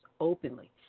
openly